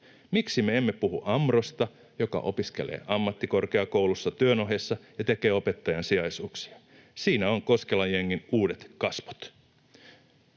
Miksi me emme puhu Amrosta, joka opiskelee ammattikorkeakoulussa työn ohessa ja tekee opettajan sijaisuuksia? Siinä ovat Koskelan jengin uudet kasvot.